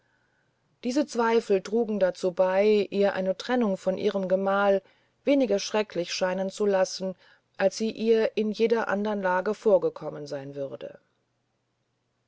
diese zweifel trugen dazu bey ihr eine trennung von ihrem gemahl weniger schrecklich scheinen zu lassen als sie ihr in jeder andern lage vorgekommen seyn würde